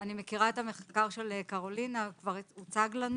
אני מכירה את המחקר של קרולינה הוא כבר הוצג לנו